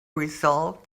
resolved